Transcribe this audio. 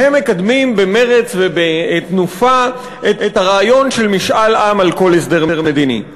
והם מקדמים במרץ ובתנופה את הרעיון של משאל עם על כל הסדר מדיני.